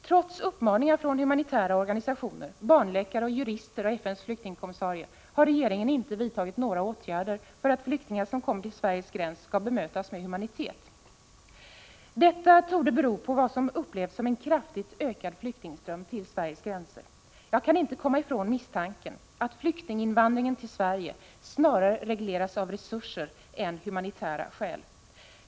Trots uppmaningar från humanitära organisationer, barnläkare, jurister och FN:s flyktingkommissarie har regeringen inte vidtagit några åtgärder för att flyktingar som kommer till Sveriges gräns skall bemötas med humanitet. Detta torde bero på vad som upplevs som en kraftigt ökad flyktingström till Sveriges gränser. Jag kan inte komma ifrån misstanken att flyktinginvandringen till Sverige snarare regleras av resurser än av humanitära skäl.